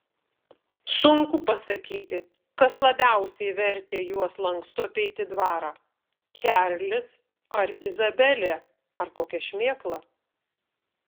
sunku pasakyti kas labiausiai vertė juos lankstu apeiti dvarą čarlis ar izabelė ar kokia šmėkla